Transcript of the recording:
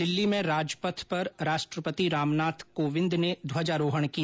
दिल्ली में राजपथ पर राष्ट्रपति रामनाथ कोविंद ने ध्वजारोहण किया